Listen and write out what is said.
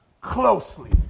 closely